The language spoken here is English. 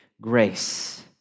grace